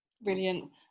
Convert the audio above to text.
brilliant